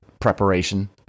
Preparation